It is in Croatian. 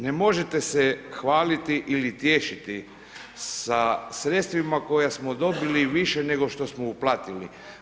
Ne možete se hvaliti ili tješiti sa sredstvima koja smo dobili više nego što smo uplatili.